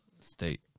state